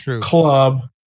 club